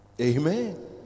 amen